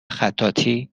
خطاطی